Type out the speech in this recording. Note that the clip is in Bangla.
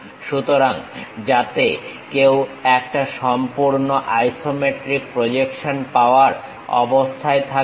সুতরাং যাতে কেউ একটা সম্পূর্ণ আইসোমেট্রিক প্রজেকশন পাওয়ার অবস্থায় থাকে